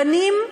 הבנים,